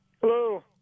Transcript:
Hello